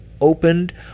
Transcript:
opened